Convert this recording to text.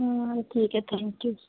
आं ठीक ऐ थैंक यू